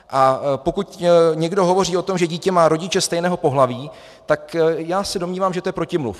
A pokud někdo hovoří o tom, že dítě má rodiče stejného pohlaví, tak já se domnívám, že to je protimluv.